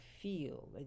feel